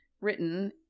written